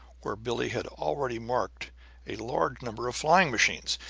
where billie had already marked a large number of flying-machines.